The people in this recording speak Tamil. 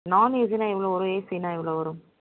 நான் ஏசின்னா எவ்வளோ வரும் ஏசின்னா எவ்வளோ வரும்